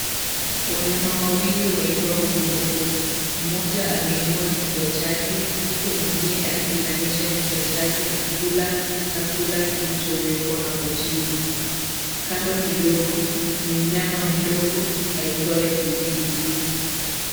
Wanyama wawili waitwao viboko. Mmoja ameinua kichwa chake huku mwingine akiinamisha kichwa chake na kula chakula kilichowekwa hapo chini. Kando kidogo ni mnyama mdogo aitwaye tumbili.